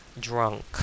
Drunk